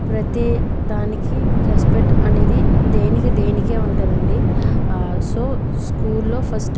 ప్రతి దానికి రెస్పెక్ట్ అనేది దేనికి దేనికే ఉంటుందండి సో స్కూల్లో ఫస్ట్